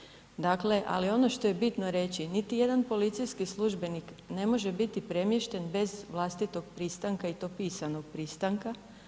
Dakle, ali ono što je bitno reći, niti jedan policijski službenik ne može biti premješten bez vlastitog pristanka i to pisanog pristanka.